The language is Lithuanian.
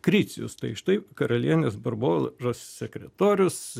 krizius tai štai karalienės barboros sekretorius